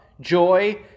joy